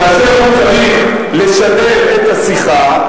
כאשר הוא צריך לשדר את השיחה,